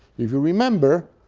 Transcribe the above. if you remember,